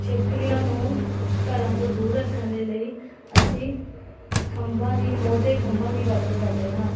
ਛਿਪਕਲੀਆਂ ਨੂੰ ਘਰਾਂ ਤੋਂ ਦੂਰ ਰੱਖਣ ਦੇ ਲਈ ਅਸੀਂ ਖੰਭਾਂ ਦੀ ਮੋਰ ਦੇ ਖੰਭਾਂ ਦੀ ਵਰਤੋਂ ਕਰਦੇ ਹਾਂ